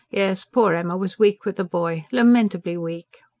yes, poor emma was weak with the boy lamentably weak!